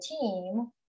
team